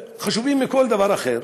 חשובים מכל דבר אחר.